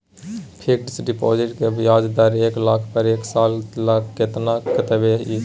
Fixed deposit के ब्याज दर एक लाख पर एक साल ल कतबा इ?